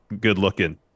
good-looking